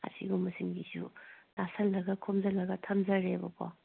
ꯑꯁꯤꯒꯨꯝꯕꯁꯤꯡꯒꯤꯁꯨ ꯇꯥꯁꯜꯂꯒ ꯈꯣꯝꯖꯜꯂꯒ ꯊꯝꯖꯔꯦꯕꯀꯣ